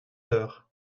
heures